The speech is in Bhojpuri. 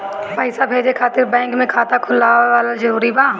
पईसा भेजे खातिर बैंक मे खाता खुलवाअल जरूरी बा?